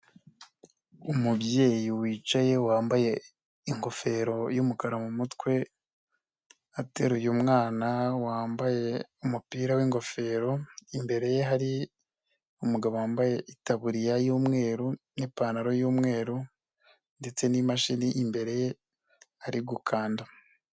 Umubyeyi wicaye wambaye ingofero y'umukara mumutwe ateruye umwana wambaye umupira w'ingofero imbere ye hari umugabo wambaye itabuririya y'umweru n'ipantaro y'umweru ndetse ni'mashini imbere ye ari gukanda.